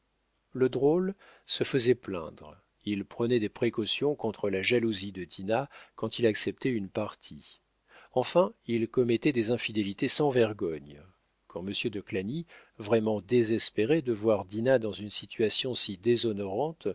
le drôle se faisait plaindre il prenait des précautions contre la jalousie de dinah quand il acceptait une partie enfin il commettait des infidélités sans vergogne quand monsieur de clagny vraiment désespéré de voir dinah dans une situation si déshonorante